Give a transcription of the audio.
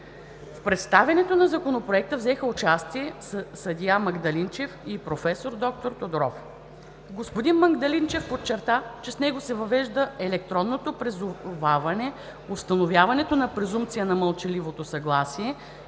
В представянето на Законопроекта взеха участие и съдия Магдалинчев и проф. д-р Тодоров. Господин Магдалинчев подчерта, че с него се въвежда електронното призоваване, установяването на презумпцията на мълчаливото съгласие